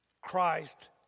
Christ